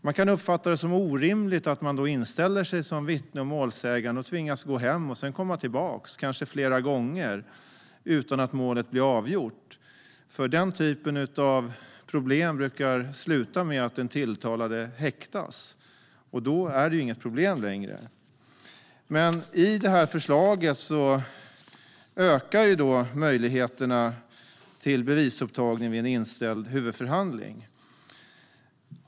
Man kan uppfatta det som orimligt att vittnen och målsägande då inställer sig och tvingas gå hem och sedan komma tillbaka, kanske flera gånger, utan att målet blir avgjort. Denna typ av problem brukar sluta med att den tilltalade häktas. Då är det inte längre ett problem. Enligt detta förslag ökar möjligheterna till bevisupptagning vid en inställd huvudförhandling.